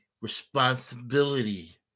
responsibility